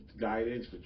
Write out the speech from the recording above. guidance